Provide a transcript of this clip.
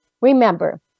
remember